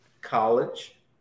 college